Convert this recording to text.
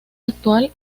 actual